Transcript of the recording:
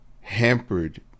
hampered